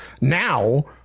now